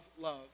love